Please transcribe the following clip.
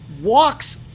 walks